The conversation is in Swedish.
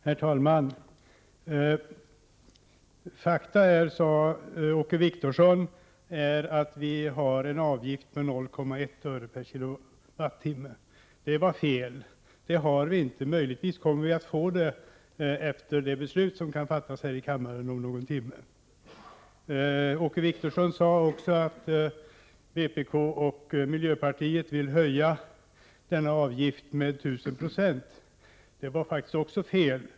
Herr talman! Faktum är, sade Åke Wictorsson, att avgiften är 0,1 öre per kilowattimme. Detta är fel. Det har vi inte, men möjligtvis kommer vi att få det efter det beslut som kan fattas här i kammaren om någon timme. Åke Wictorsson sade också att vpk och miljöpartiet vill höja denna avgift med 1 000 96. Det var faktiskt också fel.